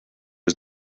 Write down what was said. was